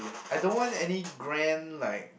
I don't want any grand like